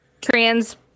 trans